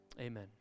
Amen